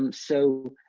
um so,